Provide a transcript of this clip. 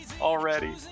already